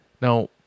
Now